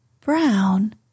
brown